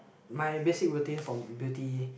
my basic routine for beauty